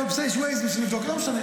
אבל לא משנה,